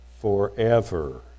forever